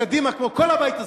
ראוי שקדימה, כמו כל הבית הזה,